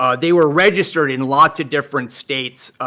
ah they were registered in lots of different states,